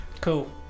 Cool